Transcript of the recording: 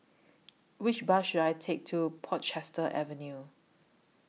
Which Bus should I Take to Portchester Avenue